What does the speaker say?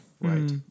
Right